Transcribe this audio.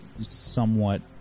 somewhat